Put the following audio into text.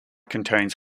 contains